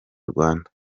rwanda